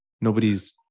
Nobody's